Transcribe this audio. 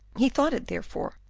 he thought it, therefore,